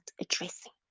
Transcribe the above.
addressing